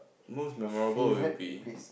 most memorable will be